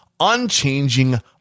Unchanging